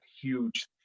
huge